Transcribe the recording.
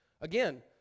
Again